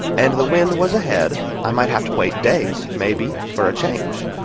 and the wind was ahead, i might have to wait days, maybe, for a change